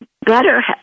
better